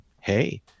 hey